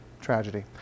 tragedy